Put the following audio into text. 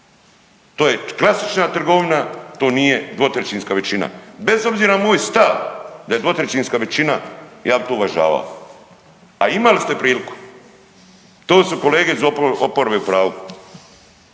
to je klasična trgovina to nije 2/3 većina. Bez obzira na moj stav da je 2/3 većina ja bi to uvažava. A imali ste priliku. To su kolege iz oporbe u pravu,